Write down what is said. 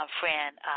friend